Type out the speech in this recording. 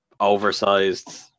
oversized